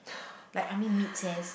like I mean mid ses